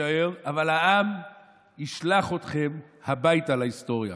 אבל העם ישלח אתכם הביתה להיסטוריה.